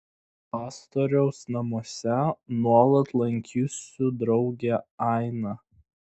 pastoriaus namuose nuolat lankysiu draugę ainą